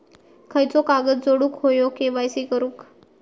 खयचो कागद जोडुक होयो के.वाय.सी करूक?